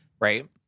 Right